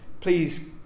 please